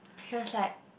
she was like